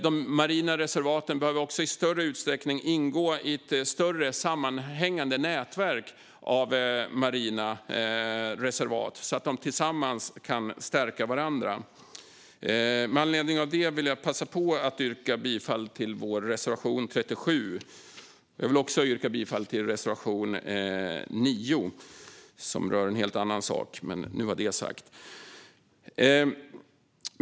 De marina reservaten bör i större utsträckning ingå i ett större sammanhängande nätverk av marina reservat så att de tillsammans kan stärka varandra. Med anledning av detta vill jag passa på att yrka bifall till vår reservation 37. Jag vill också yrka bifall till reservation 9, som rör en helt annan sak. Men nu är det sagt.